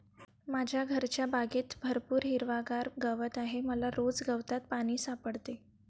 माझ्या घरच्या बागेत भरपूर हिरवागार गवत आहे मला रोज गवतात पाणी सापडते